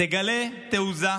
תגלה תעוזה,